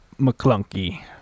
mcclunky